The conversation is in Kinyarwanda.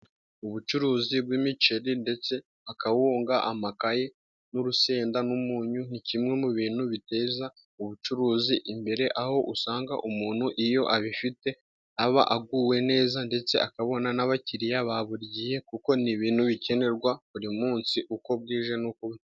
Ubucuruzi bw'imiceri ndetse akawunga amakaye, n'urusenda n'umunyu ni kimwe mu bintu biteza ubucuruzi imbere aho usanga umuntu iyo abifite aba aguwe neza ndetse akabona n'abakiriya ba buri gihe kuko ni ibintu bikenerwa buri munsi uko bwije n'uko bukeye.